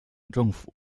政府